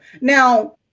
Now